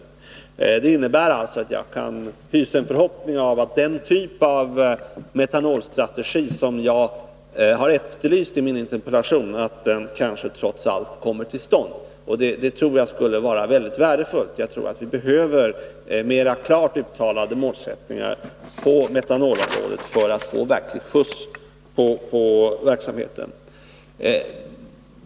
Det innebär alltså att jag kan hysa en förhoppning om att den typ av metanolstrategi som jag har efterlyst i min interpellation trots allt kanske kommer till stånd. Jag tror att det skulle vara väldigt värdefullt. Jag tror också att vi behöver mera klart uttalade målsättningar på metanolområdet för att få verklig skjuts på verksamheten.